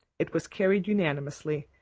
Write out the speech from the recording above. it was carried unanimously,